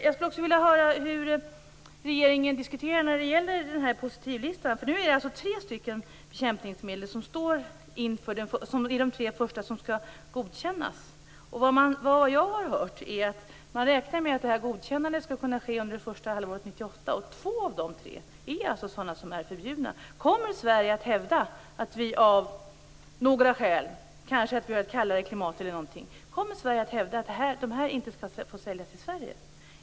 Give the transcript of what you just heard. Jag skulle också vilja höra hur regeringen diskuterar när det gäller positivlistan. Tre bekämpningsmedel skall alltså godkännas nu. Jag har hört att man räknar med att godkännandet skall kunna ske under det första halvåret 1998, och två av de tre medlen är sådana som är förbjudna. Kommer Sverige av något skäl att hävda - kanske för att vi har ett kallare klimat - att de här medlen inte skall få säljas i Sverige?